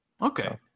Okay